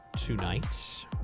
tonight